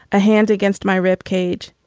a hand against my rib cage.